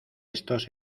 estos